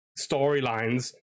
storylines